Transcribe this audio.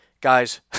guys